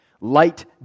light